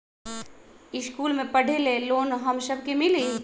इश्कुल मे पढे ले लोन हम सब के मिली?